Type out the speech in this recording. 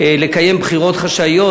אדוני היושב-ראש,